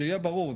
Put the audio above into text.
שיהיה ברור,